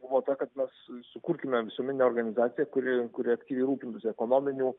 buvo ta kad mes sukurkime visuomeninę organizaciją kuri kuri aktyviai rūpintųsi ekonominių